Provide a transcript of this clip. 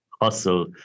hustle